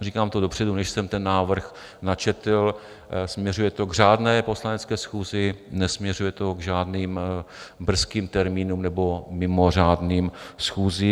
Říkám to dopředu, než jsem ten návrh načetl, směřuje to k řádné Poslanecké schůzi, nesměřuje to k žádným brzkým termínům nebo mimořádným schůzím.